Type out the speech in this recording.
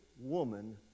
woman